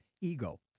Ego